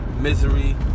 misery